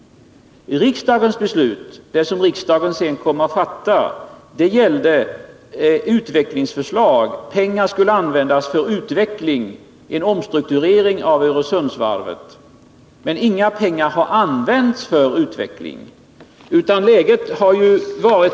Det beslut som riksdagen sedan kom att fatta gällde pengar som skulle 29 användas för utveckling och omstrukturering av Öresundsvarvet. Men inga pengar har använts för utveckling.